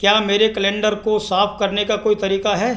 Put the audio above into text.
क्या मेरे कैलेंडर को साफ़ करने का कोई तरीका है